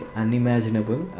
unimaginable